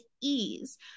ease